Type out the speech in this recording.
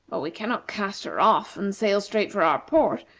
but we cannot cast her off and sail straight for our port,